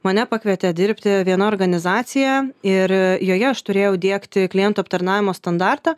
mane pakvietė dirbti viena organizacija ir joje aš turėjau diegti klientų aptarnavimo standartą